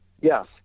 Yes